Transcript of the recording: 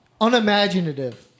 unimaginative